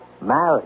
Married